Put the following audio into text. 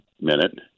minute